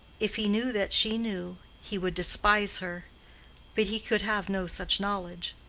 if he knew that she knew, he would despise her but he could have no such knowledge.